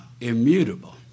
immutable